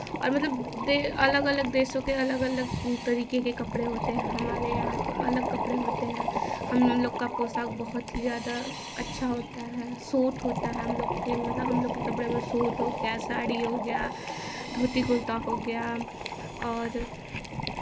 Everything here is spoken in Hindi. और मतलब दे अलग अलग देशों के अलग अलग तरीके के कपड़े होते हैं हमारे यहाँ के अलग कपड़े होते हैं हम लोग का पोशाक बहुत ही ज़्यादा अच्छा होता है सूट होता है हम लोग के मतलब हम लोग के कपड़े में सूट हो गया साड़ी हो गया धोती कुर्ता हो गया और